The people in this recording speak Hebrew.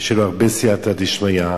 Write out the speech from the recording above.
ושיהיה לו הרבה סייעתא דשמיא,